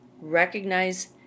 Recognize